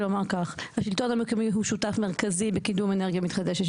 השלטון המקומי הוא שותף מרכזי בקידום אנרגיה מתחדשת.